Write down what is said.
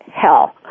Hell